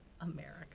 America